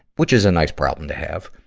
which is a nice problem to have.